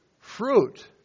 fruit